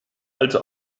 also